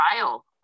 trial